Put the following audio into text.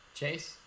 chase